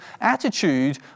attitude